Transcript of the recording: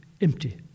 empty